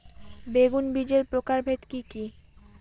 বেগুন বীজের প্রকারভেদ কি কী?